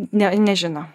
ne nežino